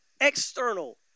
external